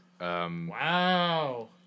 Wow